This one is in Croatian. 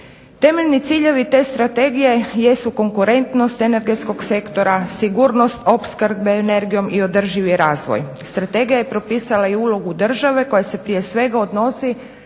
Temeljni ciljevi te strategije jesu konkurentnost energetskog sektora, sigurnost opskrbe energijom i održivi razvoj. Strategija je propisala i ulogu države koja se prije svega odnosi